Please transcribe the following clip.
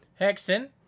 Hexen